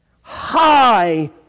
high